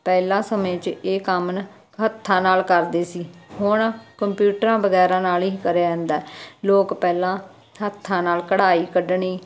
ਪਹਿਲਾਂ ਸਮੇਂ 'ਚ ਇਹ ਕੰਮ ਨਾ ਹੱਥਾਂ ਨਾਲ ਕਰਦੇ ਸੀ ਹੁਣ ਕੰਪਿਊਟਰਾਂ ਵਗੈਰਾ ਨਾਲ ਹੀ ਕਰਿਆ ਜਾਂਦਾ ਲੋਕ ਪਹਿਲਾਂ ਹੱਥਾਂ ਨਾਲ ਕਢਾਈ ਕੱਢਣੀ